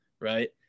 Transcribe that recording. right